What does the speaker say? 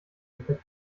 effekt